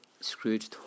Scrooge